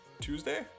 Tuesday